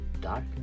dark